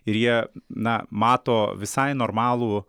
ir jie na mato visai normalų